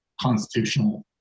constitutional